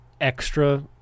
extra